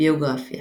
ביוגרפיה